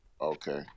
Okay